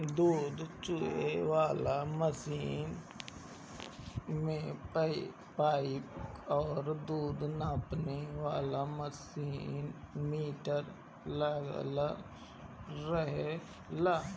दूध दूहे वाला मशीन में पाइप और दूध नापे वाला मीटर लागल रहेला